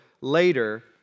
later